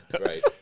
Right